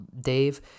Dave